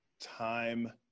time